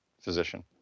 physician